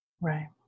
Right